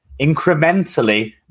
incrementally